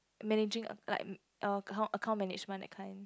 managing uh like acco~ account account management that kind